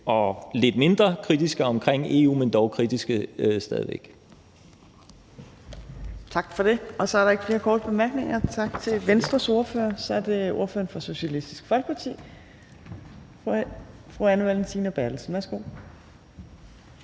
Kl. 15:18 Tredje næstformand (Trine Torp): Tak for det. Så er der ikke flere korte bemærkninger. Tak til Venstres ordfører. Så er det ordføreren for Socialistisk Folkeparti. Fru Anne Valentina Berthelsen, værsgo.